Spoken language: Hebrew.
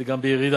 זה גם בירידה.